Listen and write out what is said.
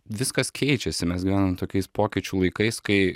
viskas keičiasi mes gyvenam tokiais pokyčių laikais kai